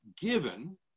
given